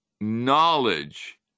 knowledge